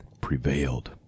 prevailed